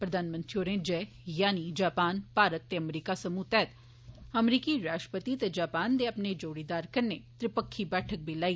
प्रधानमंत्री होरें जेएआई यानि जापान अमरीका ते भारत समूह तैह्त अमरीकी राष्ट्रपति ते जापान दे अपने जोड़ीदार कन्नै त्रि पक्खी बैठक बी लाई